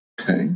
Okay